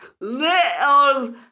Little